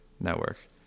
network